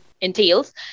entails